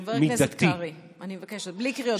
חבר הכנסת קרעי, אני מבקשת, בלי קריאות ביניים.